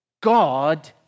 God